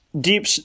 deep